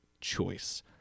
choice